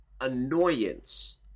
annoyance